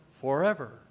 forever